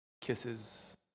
Kisses